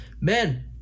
Men